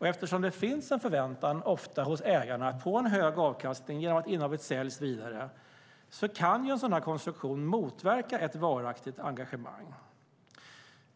Eftersom det ofta finns en förväntan hos ägarna på en hög avkastning genom att innehavet säljs vidare kan en sådan konstruktion motverka ett varaktigt engagemang.